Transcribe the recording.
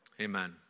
Amen